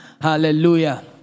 Hallelujah